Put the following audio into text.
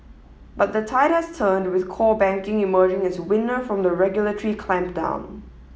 but the tide has turned with core banking emerging as winner from the regulatory clampdown